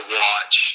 watch